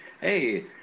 hey